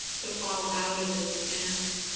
to fall out of it. and,